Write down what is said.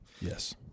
yes